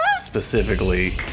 specifically